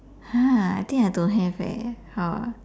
!huh! I think I don't have leh how ah